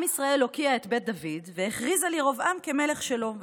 עם ישראל הוקיע את בית דוד והכריז על ירבעם כמלך שלו,